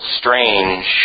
strange